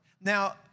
Now